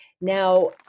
Now